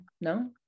no